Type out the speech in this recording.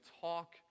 talk